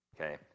Okay